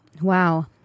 Wow